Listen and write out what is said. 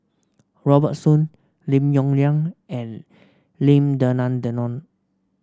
Robert Soon Lim Yong Liang and Lim Denan Denon